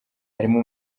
harimo